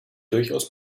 durchaus